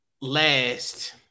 last